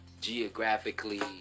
geographically